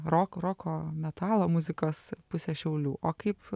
roko roko metalo muzikos pusę šiaulių o kaip